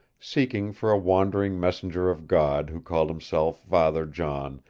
seeking for a wandering messenger of god who called himself father john,